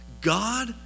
God